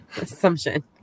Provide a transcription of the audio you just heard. assumption